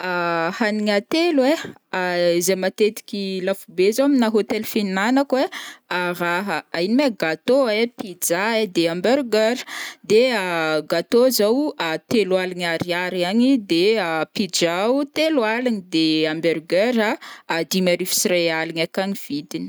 hanigna telo ai izay matetiky lafo be zao aminà hôtel fihinanako ai raha ino mai gâteau ai, pizza ai, de hamburger, de gâteau zao telo aligna ariary agny, pizza o telo aligny, de hamburger dimy arivo sy iray aligny akagny vidiny.